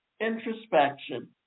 introspection